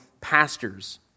pastors